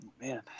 Man